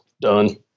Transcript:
done